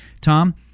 Tom